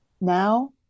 now